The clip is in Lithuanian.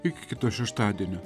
iki kito šeštadienio